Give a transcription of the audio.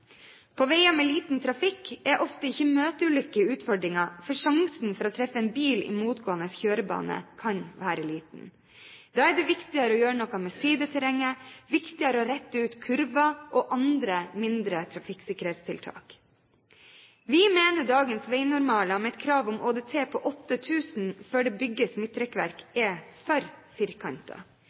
På veier med liten trafikk er ofte ikke møteulykker utfordringen, for sjansen for å treffe en bil i motgående kjørebane kan være liten. Da er det viktigere å gjøre noe med sideterrenget, viktigere å rette ut kurver og viktigere med andre mindre trafikksikkerhetstiltak. Vi mener dagens veinormaler med et krav om ÅDT på 8 000 kjøretøy før det bygges midtrekkverk, er for